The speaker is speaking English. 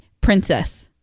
Princess